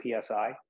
PSI